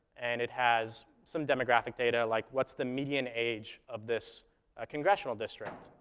and it has some demographic data, like what's the median age of this ah congressional district.